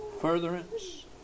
furtherance